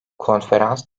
konferans